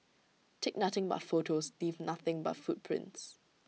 take nothing but photos leave nothing but footprints